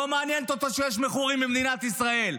לא מעניין אותו שיש מכורים במדינת ישראל.